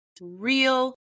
real